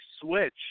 switch